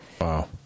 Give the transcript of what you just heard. Wow